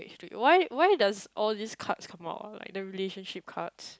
to you why why does all these cards come out like the relationship cards